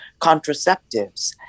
contraceptives